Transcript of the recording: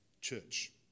church